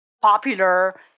popular